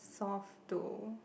soft to